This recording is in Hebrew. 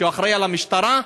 שאחראי למשטרה,